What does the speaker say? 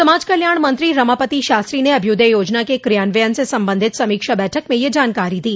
समाज कल्याण मंत्री रमापति शास्त्री ने अभ्युदय योजना के क्रियान्वयन से संबंधित समीक्षा बैठक में यह जानकारी दी